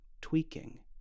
tweaking